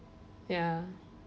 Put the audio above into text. ya